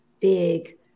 big